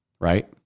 right